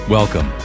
Welcome